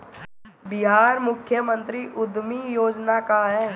बिहार मुख्यमंत्री उद्यमी योजना का है?